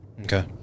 Okay